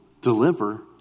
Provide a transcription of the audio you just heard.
deliver